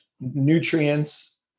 nutrients